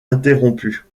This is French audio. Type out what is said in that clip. interrompues